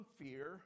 fear